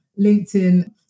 LinkedIn